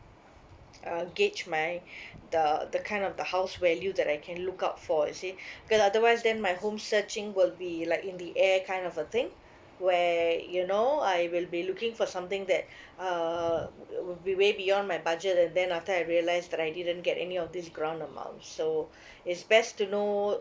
uh gauge my the the kind of the house value that I can look out for you see cause otherwise then my home searching will be like in the air kind of a thing where you know I will be looking for something that uh will be way beyond my budget and then after I realise that I didn't get any of these grant amount so it's best to know